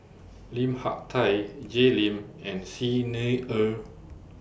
Lim Hak Tai Jay Lim and Xi Ni Er